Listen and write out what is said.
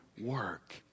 work